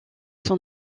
son